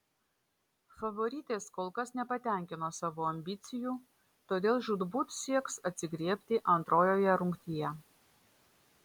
favoritės kol kas nepatenkino savo ambicijų todėl žūtbūt sieks atsigriebti antrojoje rungtyje